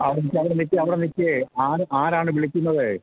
അവിടെ നില്ക്കൂ അവിടെ നില്ക്കൂ അവിടെ നില്ക്കൂ ആര് ആരാണ് വിളിക്കുന്നത്